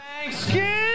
Thanksgiving